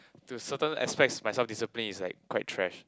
to certain aspects my self discipline is like quite trash